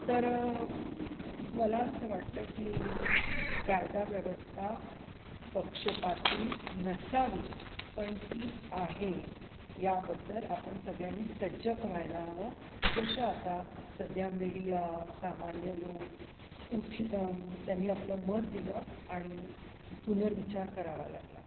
तर मला असं वाटतं की कायदाव्यवस्था पक्षपाती नसावी पण ती आहे याबद्दल आपण सगळ्यांनी सजक व्हायला हवं जसं आता सध्या मीडिया सामान्य लोक उठ त्यांनी आपलं मत दिलं आणि पुनरविचार करावा लागला